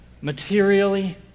materially